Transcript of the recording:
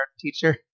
teacher